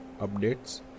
updates